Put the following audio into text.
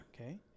Okay